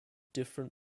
different